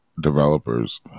developers